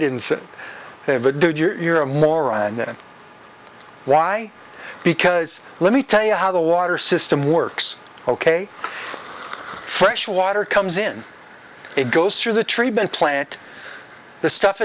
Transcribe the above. didn't have a dude you're a moron why because let me tell you how the water system works ok fresh water comes in it goes through the treatment plant the stuff